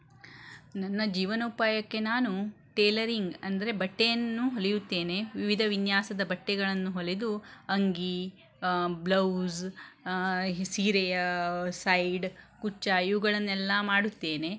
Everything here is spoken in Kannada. ನನ್ನ ಜೀವನೋಪಾಯಕ್ಕೆ ನಾನು ಟೇಲರಿಂಗ್ ಅಂದರೆ ಬಟ್ಟೆಯನ್ನು ಹೊಲಿಯುತ್ತೇನೆ ವಿವಿಧ ವಿನ್ಯಾಸದ ಬಟ್ಟೆಗಳನ್ನು ಹೊಲೆದು ಅಂಗಿ ಬ್ಲೌಸ್ ಸೀರೆಯ ಸೈಡ್ ಕುಚ್ಚು ಇವುಗಳನ್ನೆಲ್ಲ ಮಾಡುತ್ತೇನೆ